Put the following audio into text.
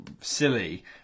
silly